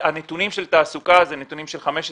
הנתונים של תעסוקה הם של 2015 ו-2016.